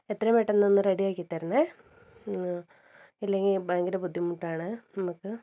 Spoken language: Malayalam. എത്രയും പെട്ടന്നൊന്ന് റെഡിയാക്കി തരണേ ഇല്ലെങ്കിൽ ഭയങ്കര ബുദ്ധിമുട്ടാണ് നമുക്ക്